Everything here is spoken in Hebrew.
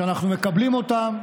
שאנחנו מקבלים אותם,